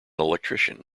electrician